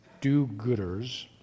Do-Gooders